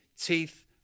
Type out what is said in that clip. teeth